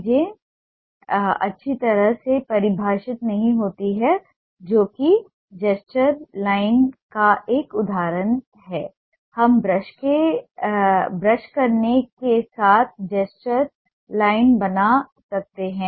चीजें अच्छी तरह से परिभाषित नहीं होती हैं जो कि जेस्चर लाइन का एक उदाहरण है हम ब्रश करने के साथ जेस्चर लाइन बना सकते हैं